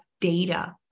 data